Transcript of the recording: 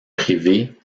privé